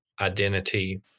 identity